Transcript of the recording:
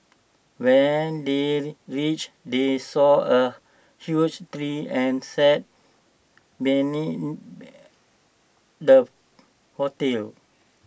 when they reached they saw A huge tree and sat the